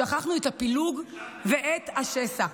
שכחנו את הפילוג ואת השסע.